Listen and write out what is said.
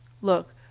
look